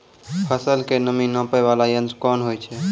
फसल के नमी नापैय वाला यंत्र कोन होय छै